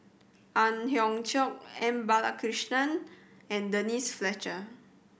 Ang Hiong Chiok M Balakrishnan and Denise Fletcher